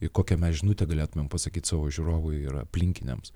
į kokią mes žinutę galėtumėm pasakyti savo žiūrovui ir aplinkiniams